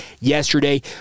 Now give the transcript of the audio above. yesterday